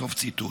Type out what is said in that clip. סוף ציטוט.